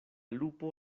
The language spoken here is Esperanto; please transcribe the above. lupo